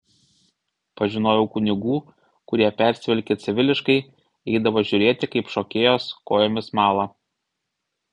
pažinojau kunigų kurie persivilkę civiliškai eidavo žiūrėti kaip šokėjos kojomis mala